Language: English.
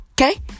okay